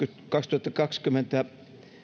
kaksituhattakaksikymmentä